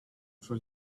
for